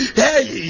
hey